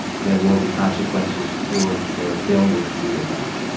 there will be consequences for their failure to do their jobs.